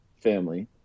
family